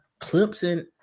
Clemson